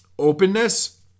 openness